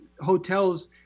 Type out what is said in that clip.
hotels